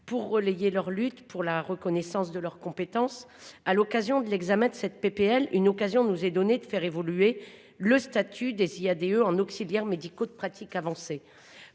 pour relayer leur lutte pour la reconnaissance de leurs compétences à l'occasion de l'examen de cette PPL une occasion nous est donnée de faire évoluer le statut des Iade en auxiliaires médicaux de pratique avancée.